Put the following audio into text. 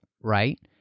right